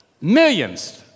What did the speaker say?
millions